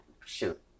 Shoot